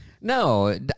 No